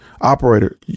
operator